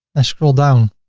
i scroll down,